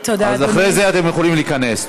אז אחרי זה אתם יכולים להיכנס.